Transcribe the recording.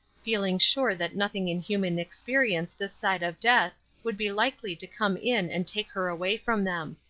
feeling sure that nothing in human experience this side of death would be likely to come in and take her away from them.